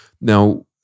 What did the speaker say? now